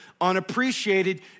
unappreciated